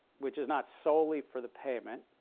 which is not solely for the payment,